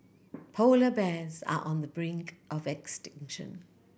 polar bears are on the brink of extinction